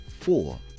four